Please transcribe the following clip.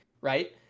right